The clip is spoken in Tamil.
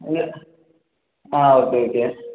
இல்லை ஆ ஓகே ஓகே